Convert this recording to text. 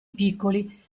piccoli